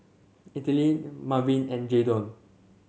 Ethyle Marvin and Jaydon